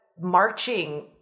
marching